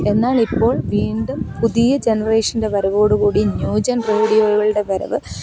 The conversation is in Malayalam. എന്നാലിപ്പോൾ വീണ്ടും പുതിയ ജനറേഷന്റെ വരവോടുകൂടി ന്യൂജെൻ റേഡിയോകളുടെ വരവ്